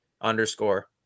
underscore